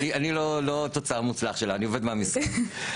לא תוצר מוצלח שלה, אני עובד מהמשרד.